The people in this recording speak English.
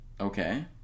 Okay